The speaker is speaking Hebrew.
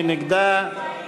מי נגדה?